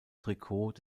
trikot